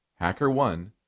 HackerOne